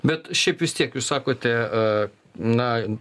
bet šiaip vis tiek jūs sakote na